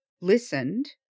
listened